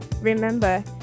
Remember